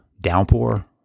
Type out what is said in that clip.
downpour